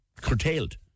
curtailed